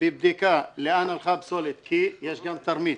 בבדיקה לאן הלכה הפסולת, כי יש גם תרמית